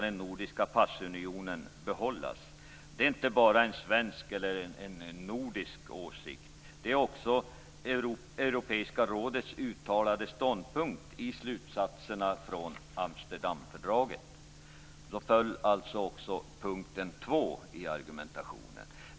Den nordiska passunionen skall naturligtvis behållas. Det är inte bara en svensk eller en nordisk åsikt, utan det är också Europeiska rådets uttalade ståndpunkt i slutsatserna från Amsterdamfördraget. Därmed faller också punkten 2 i argumentationen.